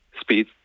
speed